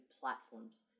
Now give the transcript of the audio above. platforms